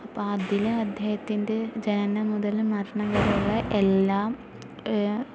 അപ്പോൾ അതില് അദ്ദേഹത്തിൻ്റെ ജനനം മുതല് മരണം വരെ ഉള്ള എല്ലാം